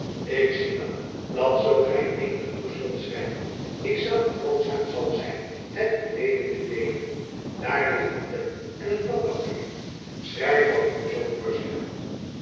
ik zie wel dat zoo gy eenig nieuws zult schrijven ik zelf genoodzaakt zal zijn het u mede te deelen daar ligt een pen en een blad papier schrijf wat ik u zal